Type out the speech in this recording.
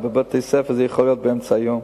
ובבתי-ספר זה יכול להיות באמצע היום,